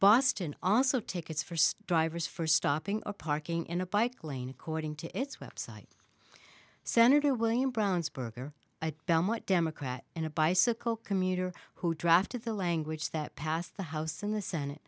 boston also take its first drivers for stopping a parking in a bike lane according to its website senator william brownsburg or belmont democrat in a bicycle commuter who drafted the language that passed the house and the senate